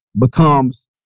becomes